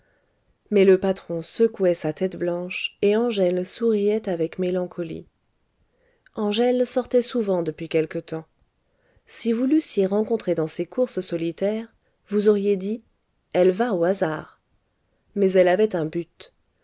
mais le patron secouait sa tête blanche et angèle souriait avec mélancolie angèle sortait souvent depuis quelque temps si vous l'eussiez rencontrée dans ces courses solitaires vous auriez dit elle va au hasard mais elle avait un but